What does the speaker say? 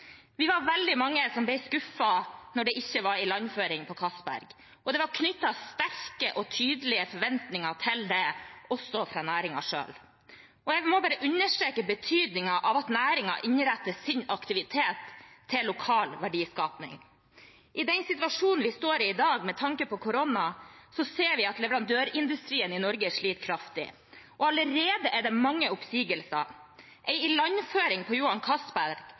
Det var knyttet sterke og tydelige forventninger til det, også fra næringen selv. Jeg må bare understreke betydningen av at næringen innretter sin aktivitet til lokal verdiskaping. I den situasjonen vi står i i dag med tanke på korona, ser vi at leverandørindustrien i Norge sliter kraftig. Allerede er det mange oppsigelser. En ilandføring på Johan Castberg